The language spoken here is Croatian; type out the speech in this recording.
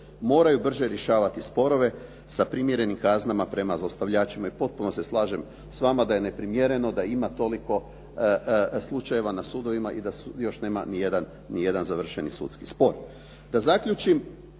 moraju brže rješavati sporove sa primjerenim kaznama prema zlostavljačima i potpuno se slažem s vama da je neprimjereno da ima toliko slučajeva na sudovima i da još nema ni jedan završeni sudski spor.